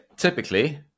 typically